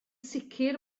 sicr